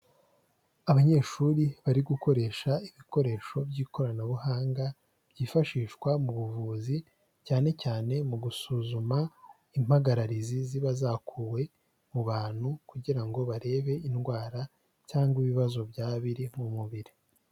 Abanyeshuri bari gukoresha ibikoresho by'ikoranabuhanga byifashishwa mu buvuzi, cyane cyane mu gusuzuma impagararizi ziba zakuwe mu bantu, kugira ngo barebe indwara cyangwa ibibazo byaba biri mu mubiri.